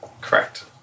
Correct